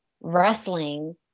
wrestling